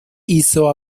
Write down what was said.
hizo